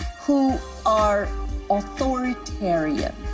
who are authoritarian.